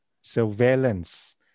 surveillance